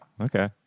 Okay